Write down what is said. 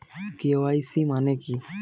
KYC মানে কি?